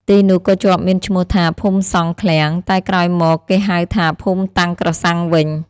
ទីនោះក៏ជាប់មានឈ្មោះថា ភូមិសង់ឃ្លាំង តែក្រោយមកគេហៅថា ភូមិតាំងក្រសាំងវិញ។